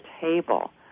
table